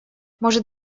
может